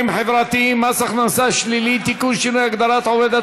חברתיים (מס הכנסה שלילי) (תיקון שינוי הגדרת עובד),